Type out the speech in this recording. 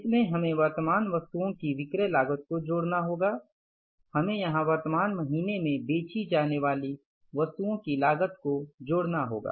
इसमें हमें वर्तमान वस्तुओं की विक्रय लागत को जोड़ना होगा हमें यहाँ वर्तमान महीने में बेची जाने वाली वस्तुओं की लागत को जोड़ना होगा